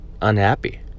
unhappy